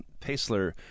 Paisler